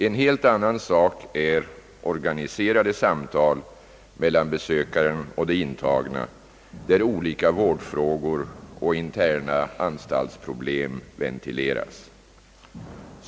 En helt annan sak är organiserade samtal mellan besökaren och de intagna, där olika vårdfrågor och interna anstaltsproblem ventileras.